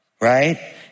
right